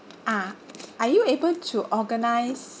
ah are you able to organise